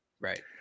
right